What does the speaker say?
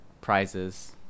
prizes